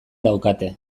daukate